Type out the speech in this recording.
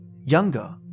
younger